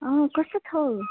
अँ कस्तो छौ